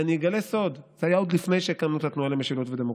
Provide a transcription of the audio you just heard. ואני אגלה סוד: זה היה עוד לפני שהקמנו את התנועה למשילות ודמוקרטיה.